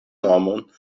nomon